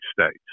States